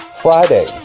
Friday